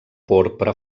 porpra